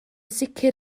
sicr